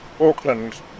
Auckland